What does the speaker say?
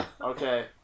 Okay